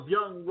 Young